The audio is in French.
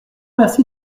merci